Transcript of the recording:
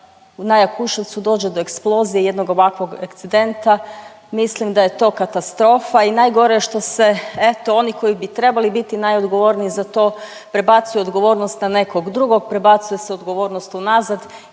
na Jakuševcu dođe do eksplozije jednog ovakvog ekcidenta, mislim da je to katastrofa i najgore je što se, eto, oni koji bi trebali biti najodgovorniji za to, prebacuju odgovornost na nekog drugog, prebacuje se odgovornost unazad